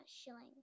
shillings